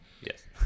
Yes